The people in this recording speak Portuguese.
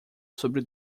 sobre